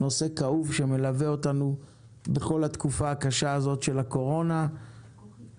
נושא כאוב שמלווה אותנו בכל התקופה הקשה הזאת של הקורונה כתהליך